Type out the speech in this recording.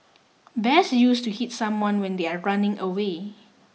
best used to hit someone when they are running away